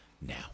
now